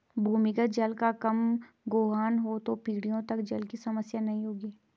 भूमिगत जल का कम गोहन हो तो पीढ़ियों तक जल की समस्या नहीं होगी